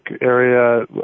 area